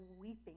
weeping